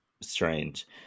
strange